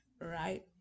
right